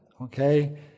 Okay